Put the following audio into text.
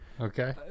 Okay